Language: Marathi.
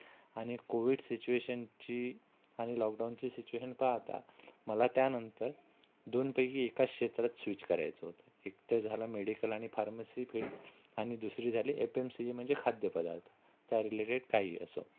आणि कोव्हिड सिच्युएशनची आणि लॉकडाऊनची सिच्युएशन पाहता मला त्यानंतर दोनपैकी एका क्षेत्रात स्विच करायचं होतं एक तर झालं मेडिकल आणि फार्मसी फील्ड आणि दुसरी झाली एफ एम सी जी म्हणजे खाद्यपदार्थ त्या रिलेटेड काहीही असं